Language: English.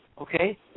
okay